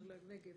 בנגב